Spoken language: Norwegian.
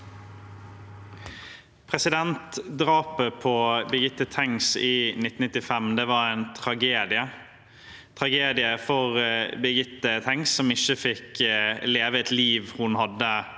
Drapet på Birgitte Tengs i 1995 var en tragedie – en tragedie for Birgitte Tengs som ikke fikk leve det livet hun hadde